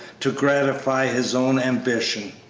to gratify his own ambition.